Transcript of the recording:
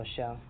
Show